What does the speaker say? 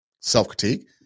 self-critique